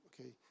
Okay